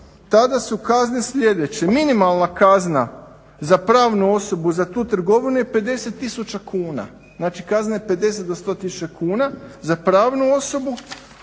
tada su kazne sljedeće. Minimalna kazna za pravnu osobu, za tu trgovinu je 50 tisuća kuna. Znači, kazna je 50-100 tisuća kuna za pravnu osobu,